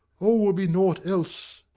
all will be nought else.